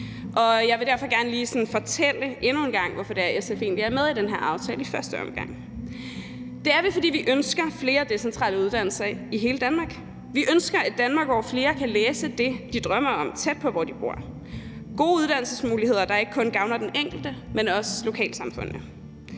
jeg vil derfor gerne lige fortælle endnu en gang, hvorfor det egentlig er, at SF er med i den her aftale i første omgang. Det er vi, fordi vi ønsker flere decentrale uddannelser i hele Danmark. Vi ønsker et Danmark, hvor flere kan læse det, de drømmer om, tæt på, hvor de bor. Vi ønsker gode uddannelsesmuligheder, der ikke kun gavner den enkelte, men også lokalsamfundene.